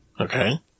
Okay